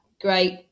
Great